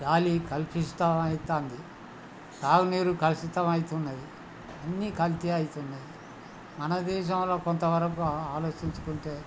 గాలి కలుషితం అవుతున్నది తాగునీరు కలుషితం అవుతున్నది అన్నీ కల్తీ అవుతున్నది మన దేశంలో కొంతవరకు ఆలోచించుకుంటే